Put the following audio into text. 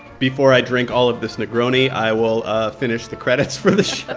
before i drink all of this negroni, i will ah finish the credits for the show.